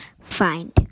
find